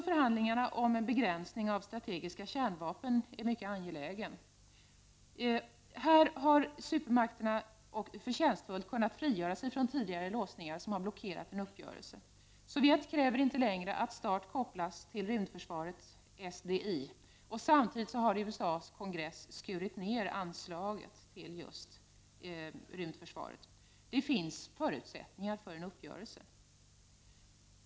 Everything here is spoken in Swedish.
Förhandlingarna om en begränsning av strategiska kärnvapen är mycket angelägen under nästa år. Även här har supermakterna förtjänstfullt kunnat frigöra sig från tidigare låsningar som blockerat en uppgörelse. Sovjet kräver inte längre att START kopplas till rymdförsvaret SDI. Samtidigt har USA:s kongress skurit ner anslaget till rymdförsvaret. Det finns förutsättningar för en uppgörelse.